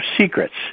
secrets